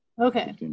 Okay